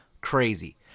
Crazy